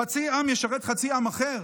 חצי עם ישרת חצי עם אחר?